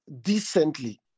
decently